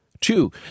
two